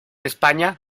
españa